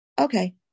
Okay